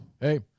hey